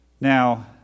Now